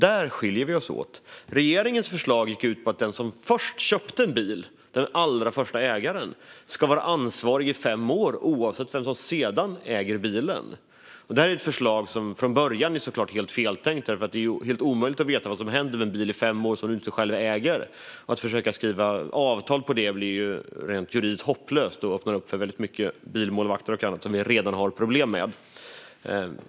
Där skiljer vi oss åt. Regeringens förslag gick ut på att den som först köper en bil - den allra första ägaren - ska vara ansvarig i fem år oavsett vem som sedan äger bilen. Detta är ett förslag som såklart redan från början är helt feltänkt, eftersom det är helt omöjligt att veta vad som händer med en bil under fem år om man inte själv är ägare till den. Att försöka skriva avtal om det blir rent juridiskt hopplöst och öppnar upp för väldigt mycket bilmålvakter och annat som vi redan har problem med.